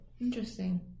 interesting